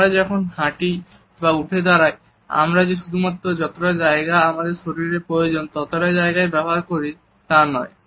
আমরা যখন হাঁটি বা উঠে দাঁড়াই আমরা যে শুধুমাত্র যতটা জায়গা আমাদের শরীরের প্রয়োজন ততটা জায়গায়ই ব্যবহার করি তা নয়